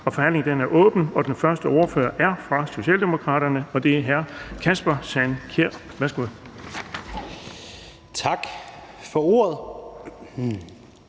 Forhandlingen er åbnet, og den første ordfører er fra Socialdemokraterne. Det er hr. Kasper Sand Kjær. Værsgo. Kl.